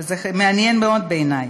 זה מעניין מאוד בעיני,